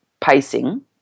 pacing